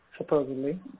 Supposedly